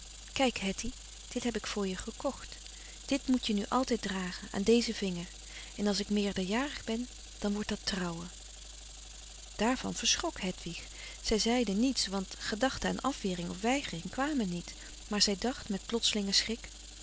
kijk hetty dit heb ik voor je gekocht dit moet je nu altijd dragen aan dezen vinger en als ik meerderjarig ben dan wordt dat trouwen daarvan verschrok hedwig zij zeide niets want frederik van eeden van de koele meren des doods gedachten aan afwering of weigering kwamen niet maar zij dacht met plotselingen schrik